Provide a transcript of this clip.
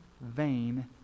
vain